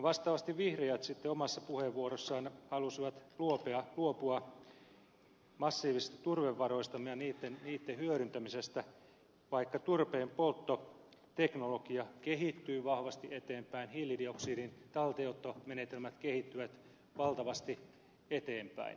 vastaavasti vihreät sitten omassa puheenvuorossaan halusivat luopua massiivisista turvevaroistamme ja niitten hyödyntämisestä vaikka turpeenpolttoteknologia kehittyy vahvasti eteenpäin hiilidioksidin talteenottomenetelmät kehittyvät valtavasti eteenpäin